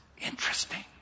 interesting